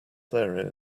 there